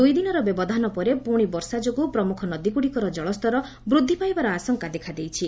ଦୁଇଦିନର ବ୍ୟବଧାନ ପରେ ପୁଶି ବର୍ଷା ଯୋଗୁଁ ପ୍ରମୁଖ ନଦୀ ଗୁଡ଼ିକର ଜଳସ୍ତର ବୁଦ୍ଧି ପାଇବା ଆଶଙ୍କା ଦେଖାଦେଇଛି